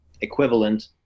equivalent